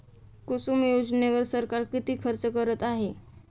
कुसुम योजनेवर सरकार किती खर्च करत आहे?